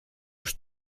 już